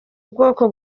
ubwoko